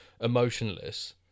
emotionless